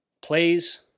plays